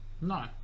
No